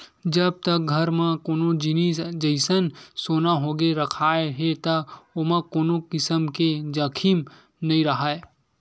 जब तक घर म कोनो जिनिस जइसा सोना होगे रखाय हे त ओमा कोनो किसम के जाखिम नइ राहय